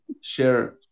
share